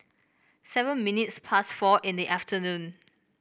seven minutes past four in the afternoon